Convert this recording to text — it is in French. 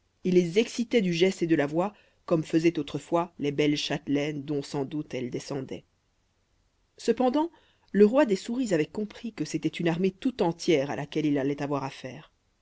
et les excitaient du geste et de la voix comme faisaient autrefois les belles châtelaines dont sans doute elles descendaient cependant le roi des souris avait compris que c'était une armée tout entière à laquelle il allait avoir affaire